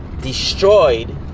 destroyed